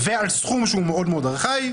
ועל סכום שהוא מאוד מאוד ארכאי.